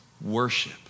worship